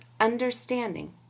understanding